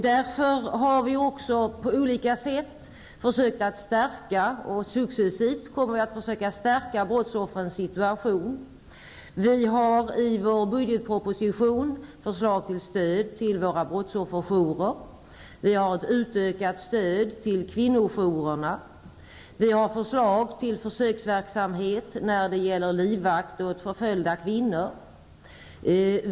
Därför kommer vi på olika sätt att successivt försöka stärka brottsoffrens situation. Det finns i budgetpropositionen förslag till stöd till brottsofferjourerna. Vi ger ett utökat stöd till kvinnojourerna. Vi har förslag till försöksverksamhet när det gäller livvakter åt förföljda kvinnor.